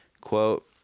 quote